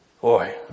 Boy